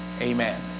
amen